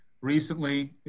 recently